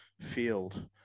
field